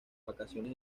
vacaciones